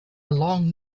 long